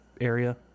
area